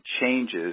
changes